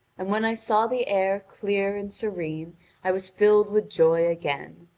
and when i saw the air clear and serene i was filled with joy again.